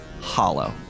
hollow